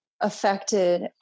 affected